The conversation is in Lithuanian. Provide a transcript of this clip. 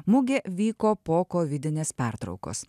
mugė vyko po kovidinės pertraukos